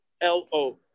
l-o